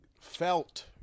felt